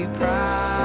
proud